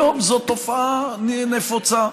היום זאת תופעה נפוצה.